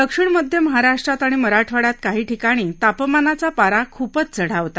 दक्षिण मध्य महाराष्ट्रात आणि मराठवाड्यात काही ठिकाणी तापमानाचा पारा खूपच चढा होता